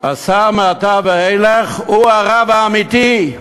השר מעתה ואילך הוא הרב האמיתי,